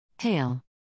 Hail